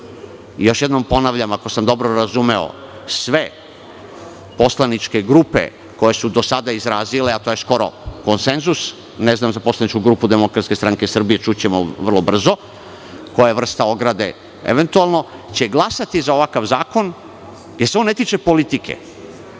jednom ponavljam, ako sam dobro razumeo, sve poslaničke grupe koje su do sada izrazile, a to je skoro konsenzus, ne znam za poslaničku grupu DSS, čućemo vrlo brzo, koja je vrsta ograde, eventualno, će glasati za ovakav zakon, jer se on ne tiče politike,